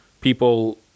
people